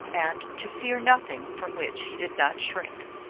and to fear nothing from which he did not shrink.